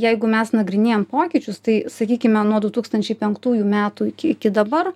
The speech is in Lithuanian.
jeigu mes nagrinėjam pokyčius tai sakykime nuo du tūkstančiai penktųjų metų iki iki dabar